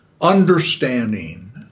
understanding